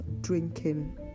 drinking